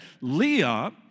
Leah